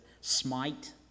Smite